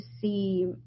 see